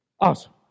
Awesome